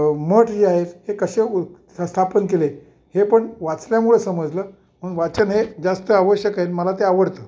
मठ जे आहेत हे कसे उ स्थापन केले हे पण वाचल्यामुळे समजलं म वाचन हे जास्त आवश्यक आहे मला ते आवडतं